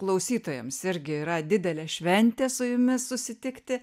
klausytojams irgi yra didelė šventė su jumis susitikti